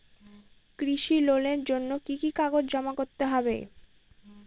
কৃষি লোনের জন্য কি কি কাগজ জমা করতে হবে?